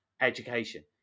education